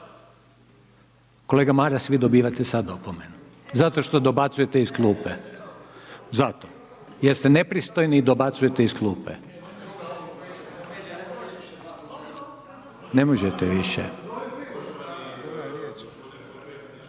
Kolega Maras vi dobivate sada opomenu zato što dobacujete iz klupe. Zato jer ste nepristojni i dobacujete iz klupe. **Reiner,